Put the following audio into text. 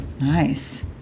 Nice